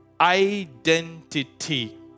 Identity